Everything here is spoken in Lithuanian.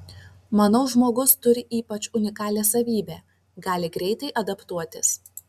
manau žmogus turi ypač unikalią savybę gali greitai adaptuotis